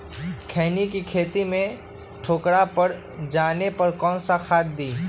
खैनी के खेत में ठोकरा पर जाने पर कौन सा खाद दी?